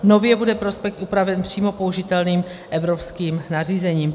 Nově bude prospekt upraven přímo použitelným evropským nařízením.